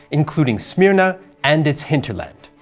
including smyrna and its hinterland.